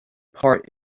part